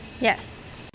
Yes